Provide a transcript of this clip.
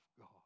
God